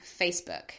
Facebook